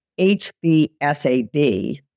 HBSAB